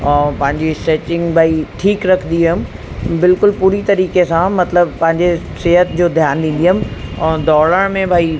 ऐं पंहिंजी स्ट्रैचिंग भई ठीकु रखंदी हुअमि बिल्कुलु पूरी तरीक़े सां मतिलबु पंहिंजे सिहत जो ध्यानु ॾींदी हुअमि ऐं दौड़ण में भई